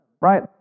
right